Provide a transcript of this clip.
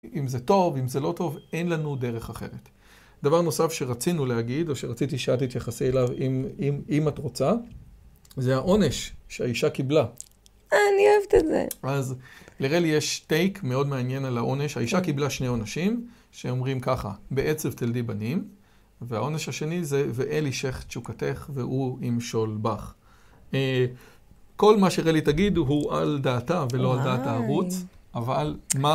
אם זה טוב, אם זה לא טוב, אין לנו דרך אחרת. דבר נוסף שרצינו להגיד, או שרציתי שאת תתייחסי אליו, אם את רוצה, זה העונש שהאישה קיבלה. אה, אני אוהבת את זה. אז לרלי יש טייק מאוד מעניין על העונש. האישה קיבלה שני עונשים, שאומרים ככה, בעצב תלדי בנים, והעונש השני זה, ואל אישך תשוקתך, והוא ימשול בך. כל מה שרלי תגיד הוא על דעתה, ולא על דעת הערוץ, אבל...